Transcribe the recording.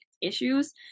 issues